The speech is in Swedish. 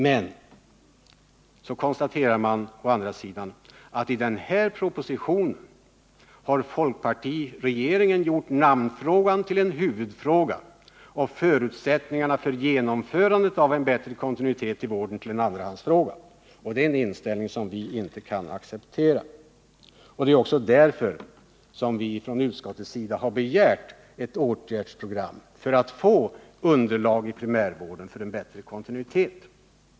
Men sedan kan man konstatera att i den här propositionen har folkpartiregeringen gjort namnfrågan till en huvudfråga och förutsättningarna för genomförandet av en bättre kontinuitet i vården till en andrahandsfråga. Det är en inställning som vi inte kan acceptera. Det är därför som vi från utskottets sida har begärt ett åtgärdsprogram för att få underlag inom primärvården för en bättre kontinuitet.